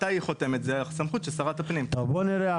זו סמכות שרת הפנים מתי היא